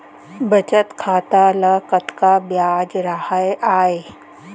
बचत खाता ल कतका ब्याज राहय आय?